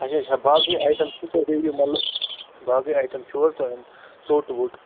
اَچھا اَچھا باقٕے آیٹم چھِ تۅہہِ بیٚیہِ مطلب باقٕے آیٹم چھُوٕ حظ تۅہہِ ژوٚٹ ووٚٹ